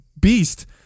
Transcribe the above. beast